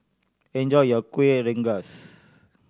enjoy your Kueh Rengas